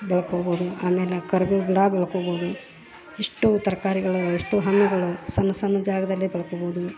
ಬೆಳ್ಕೋಬೋದು ಆಮೇಲೆ ಆ ಕರ್ಬೇವು ಗಿಡಾ ಬೆಳ್ಕೋಬೋದು ಇಷ್ಟು ತರ್ಕಾರಿಗಳ ಇಷ್ಟು ಹಣ್ಗಳು ಸಣ್ಣ ಸಣ್ಣ ಜಾಗದಲ್ಲೇ ಬೆಳ್ಕೋಬೋದು